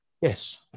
Yes